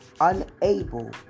unable